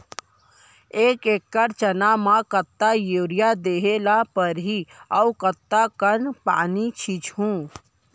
एक एकड़ चना म कतका यूरिया देहे ल परहि अऊ कतका कन पानी छींचहुं?